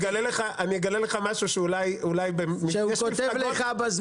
אני אגלה לך משהו שאולי אתה לא יודע,